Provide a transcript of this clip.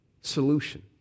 solution